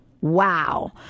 Wow